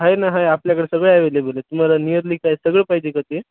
आहे ना आहे आपल्याकडे सगळं एवेलेबल आहे तुम्हाला नियरली काय सगळं पाहिजे का ते